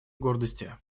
гордости